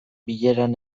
bileran